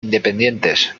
independientes